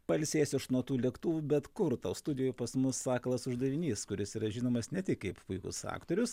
pailsėsiu aš nuo tų lėktuvų bet kur tau studijoj pas mus sakalas uždavinys kuris yra žinomas ne tik kaip puikus aktorius